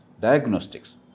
Diagnostics